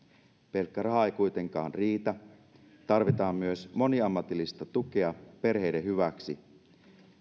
pelkkä raha ei kuitenkaan riitä tarvitaan myös moniammatillista tukea perheiden hyväksi